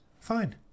fine